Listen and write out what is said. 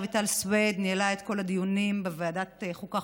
רויטל סויד ניהלה את כל הדיונים בוועדת חוקה,